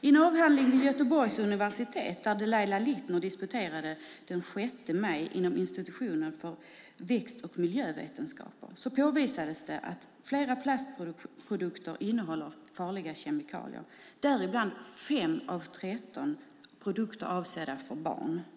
I en avhandling vid Göteborgs universitet, där Delilah Lithner disputerade den 6 maj inom institutionen för växt och miljövetenskaper, påvisades det att flera plastprodukter innehåller farliga kemikalier, däribland 5 av 13 produkter i studien avsedda för barn.